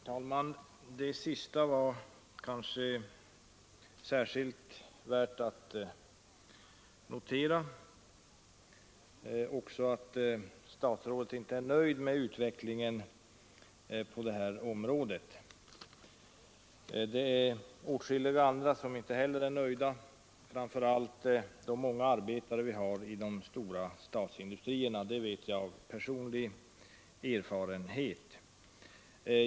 Herr talman! Det sista var kanske särskilt värt att notera, liksom att statsrådet inte är nöjd med utvecklingen på detta område. Det är åtskilliga andra som inte heller är nöjda, framför allt de många arbetarna i de stora statsindustrierna — det vet jag av personlig erfarenhet.